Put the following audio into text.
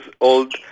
old